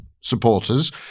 supporters